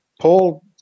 paul